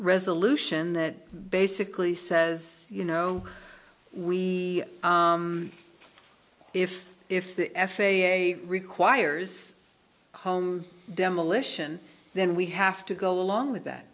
resolution that basically says you know we if if the f a a requires home demolition then we have to go along with that